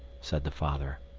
said the father.